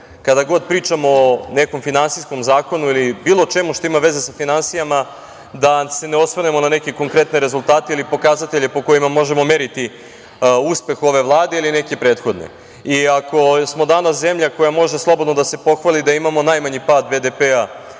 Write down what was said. kada god pričamo o nekom finansijskom zakonu ili bilo čemu što ima veze sa finansijama, da se ne osvrnemo na neke konkretne rezultate ili pokazatelje po kojima možemo meriti uspeh ove Vlade ili neke prethodne. Ako smo danas zemlja koja može slobodno da se pohvali da imamo najmanji pad BDP